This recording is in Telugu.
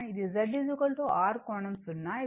ఇది Z R కోణం 0